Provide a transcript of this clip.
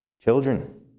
Children